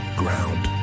ground